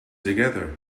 together